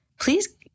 please